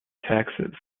taxes